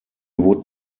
would